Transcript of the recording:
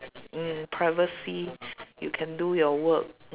mm privacy you can do your work mm